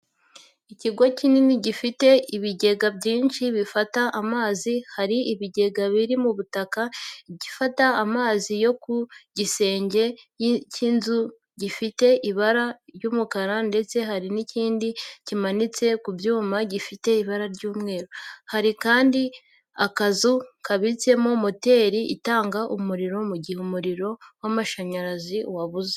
Ikigo kinini gifite ibigega byinshi bifata amazi, hari ibigega biri mu butaka, igifata amazi yo ku gisenge cy'inzu gifite ibara ry'umukara ndetse hari n'ikindi kimanitse ku byuma gifite ibara ry'umweru. Hari kandi akazu kabitsemo moteri itanga umuriro mu gihe umuriro w'amashanyarazi wabuze.